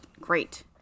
Great